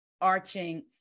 arching